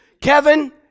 Kevin